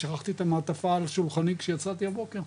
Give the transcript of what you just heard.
שכחתי את המעטפה על שולחני כשיצאתי הבוקר,